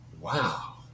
wow